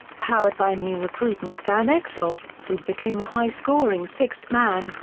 powered by new recruit nick van exel, who became a high-scoring sixth man,